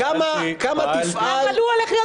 כמה תפעל תמר זנדברג לטובת ההתיישבות?